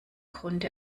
grunde